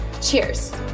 Cheers